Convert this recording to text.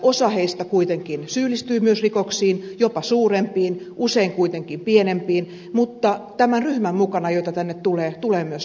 osa heistä kuitenkin syyllistyy myös rikoksiin jopa suurempiin usein kuitenkin pienempiin mutta näiden ryhmien mukana joita tänne tulee tulee myös näitä